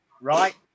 right